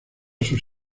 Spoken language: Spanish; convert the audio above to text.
sus